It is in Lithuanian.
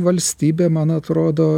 valstybė man atrodo